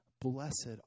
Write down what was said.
Blessed